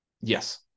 Yes